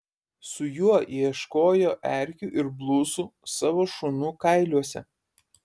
su juo ieškojo erkių ir blusų savo šunų kailiuose